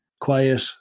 quiet